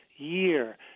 Year